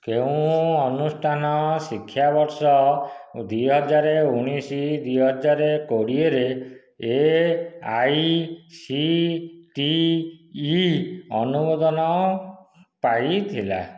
କେଉଁ ଅନୁଷ୍ଠାନ ଶିକ୍ଷାବର୍ଷ ଦିହଜାର ଉଣେଇଶ ଦିହଜାର କୋଡ଼ିଏରେ ଏଆଇସିଟିଇ ଅନୁମୋଦନ ପାଇଥିଲା